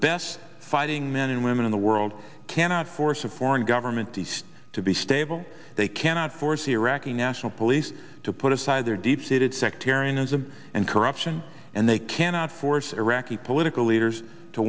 best fighting men and women in the world cannot force a foreign government east to be stable they cannot force iraqi national police to put aside their deep seated sectarianism and corruption and they cannot force iraqi political leaders to